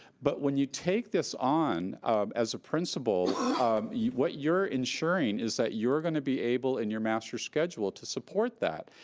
but when you take this on as a principal what you're ensuring is that you're gonna be able in your master schedule to support that.